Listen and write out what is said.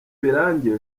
birangiye